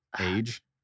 Age